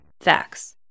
Facts